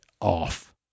off